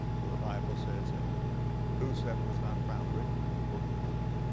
for the bible says, and whosoever was not found written in the book of life